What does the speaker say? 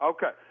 Okay